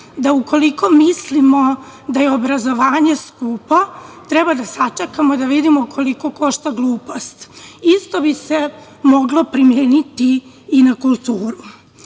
da ukoliko mislimo da je obrazovanje skupo, treba da sačekamo da vidimo koliko košta glupost. Isto bi se moglo primeniti i na